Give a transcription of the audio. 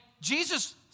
Jesus